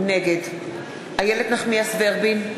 נגד איילת נחמיאס ורבין,